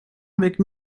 avec